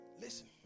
Listen